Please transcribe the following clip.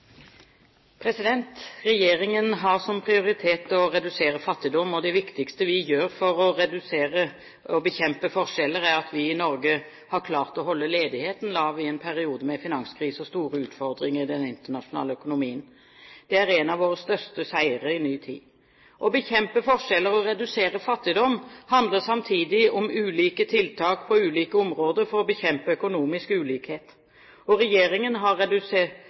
Regjeringen har som prioritet å redusere fattigdom. Det viktigste vi gjør for å redusere og å bekjempe forskjeller, er at vi i Norge har klart å holde ledigheten lav i en periode med finanskrise og store utfordringer i den internasjonale økonomien. Det er en av våre største seiere i nyere tid. Å bekjempe forskjeller og redusere fattigdom handler samtidig om ulike tiltak på ulike områder for å bekjempe økonomisk ulikhet. Regjeringen har redusert